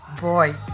boy